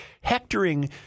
hectoring